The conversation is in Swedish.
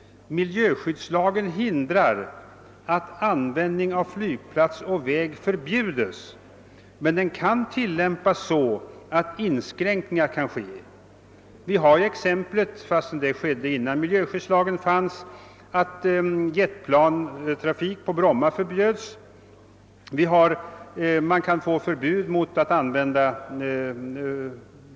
Miljöskyddslagen hindrar att användning av flygplats och väg förbjuds, men den kan tillämpas så att inskränkningar kan göras. Innan miljöskyddslagen fanns förbjöds t.ex. jetplan i trafik på Bromma.